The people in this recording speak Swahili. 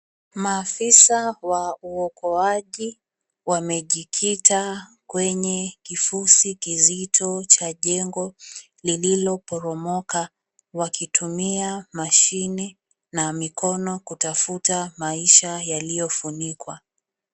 Maafisa wa uokoaji wamejikita kwenye kifusi kizito cha jengo lililoporomoka wakitumia mashine na mikono kutafuta maisha yaliyofunikwa.